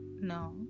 no